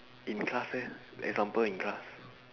in class eh example in class